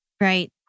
Right